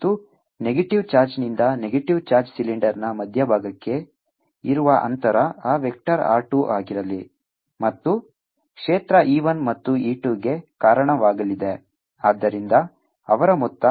ಮತ್ತು ನೆಗೆಟಿವ್ ಚಾರ್ಜ್ನಿಂದ negative charge ಸಿಲಿಂಡರ್ನ ಮಧ್ಯಭಾಗಕ್ಕೆ ಇರುವ ಅಂತರ ಆ ವೆಕ್ಟರ್ R 2 ಆಗಿರಲಿ ಮತ್ತು ಕ್ಷೇತ್ರ E 1 ಮತ್ತು E 2 ಗೆ ಕಾರಣವಾಗಲಿದೆ ಆದ್ದರಿಂದ ಅವರ ಮೊತ್ತ